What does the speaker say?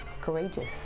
courageous